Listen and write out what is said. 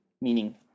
meaning